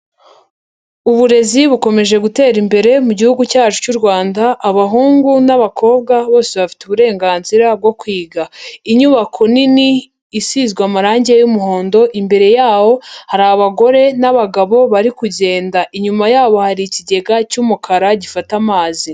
Uburezi bukomeje gutera imbere mu gihugu cyacu cy'u Rwanda, abahungu n'abakobwa bose bafite uburenganzira bwo kwiga. Inyubako nini isizwe amarangi y'umuhondo, imbere yaho hari abagore n'abagabo bari kugenda, inyuma yabo hari ikigega cy'umukara gifata amazi.